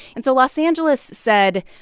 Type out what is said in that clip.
and so los angeles said,